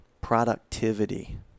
productivity